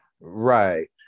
Right